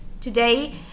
today